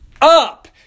up